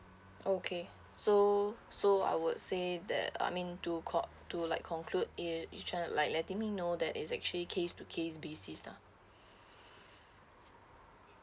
okay so so I would say that uh I mean to co~ to like conclude you're trying to letting me know that it's actually case to case basis lah